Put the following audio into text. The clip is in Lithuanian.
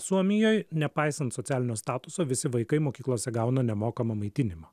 suomijoj nepaisant socialinio statuso visi vaikai mokyklose gauna nemokamą maitinimą